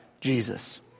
Jesus